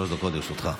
שלוש דקות לרשותך.